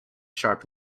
sharp